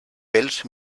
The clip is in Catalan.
pels